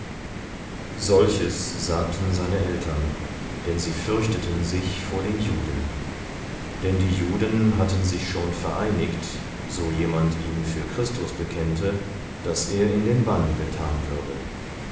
solches sagten seine eltern denn sie fürchteten sich vor den juden denn die juden hatten sich schon vereinigt so jemand ihn für christus bekennte daß er in den bann getan würde